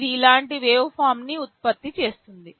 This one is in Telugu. ఇది ఇలాంటి వేవ్ఫార్మ్ న్ని ఉత్పత్తి చేస్తుంది